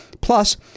plus